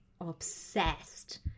obsessed